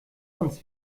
uns